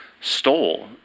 stole